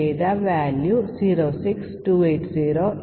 ഇത് എങ്ങിനെ പ്രവർത്തിക്കുമെന്ന് നമുക്ക് നോക്കാം